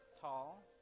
tall